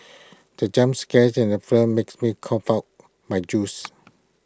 the jump scare in the film makes me cough out my juice